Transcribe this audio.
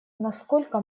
насколько